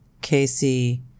Casey